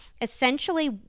essentially